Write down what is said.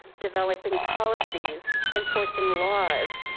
developing policies, enforcing laws,